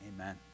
Amen